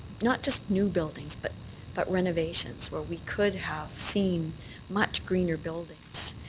not just new buildings but but renovations, where we could have seen much greener buildings,